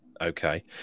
Okay